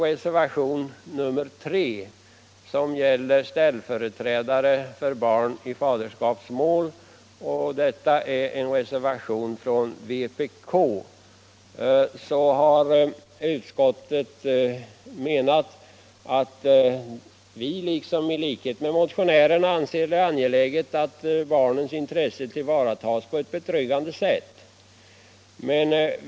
Reservationen 3, som gäller ställföreträdare för barn i faderskapsmål, har avgivits av vpk-ledamoten. Utskottet har liksom motionärerna ansett det angeläget att barnets intressen tillvaratas på ett betryggande sätt.